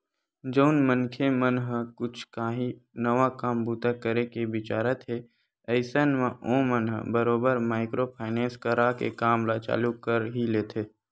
जउन मनखे मन ह कुछ काही नवा काम बूता करे के बिचारत हे अइसन म ओमन ह बरोबर माइक्रो फायनेंस करा के काम ल चालू कर ही लेथे